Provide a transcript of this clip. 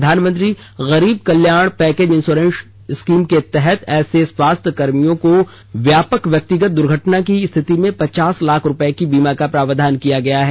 प्रधानमंत्री गरीब कल्याण पैकेज इंयोरेंस स्कीम के तहत ऐसे स्वास्थ्य कर्मियों को व्यापक व्यक्तिगत दुर्घटना की स्थिति में पचास लाख रूपये के बीमा का प्रावधान किया गया है